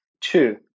Two